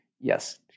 yes